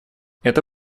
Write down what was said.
это